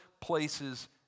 places